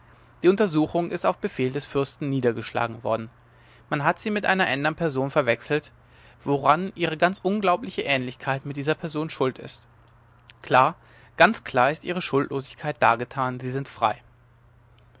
die untersuchung ist auf befehl des fürsten niedergeschlagen worden man hat sie mit einer ändern person verwechselt woran ihre ganz unglaubliche ähnlichkeit mit dieser person schuld ist klar ganz klar ist ihre schuldlosigkeit dargetan sie sind frei